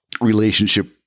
Relationship